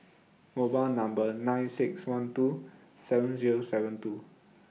mobile Number nine six one two seven Zero seven two